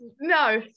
no